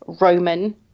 Roman